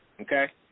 okay